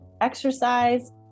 exercise